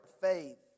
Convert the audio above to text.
faith